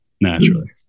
Naturally